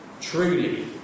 truly